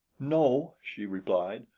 no, she replied,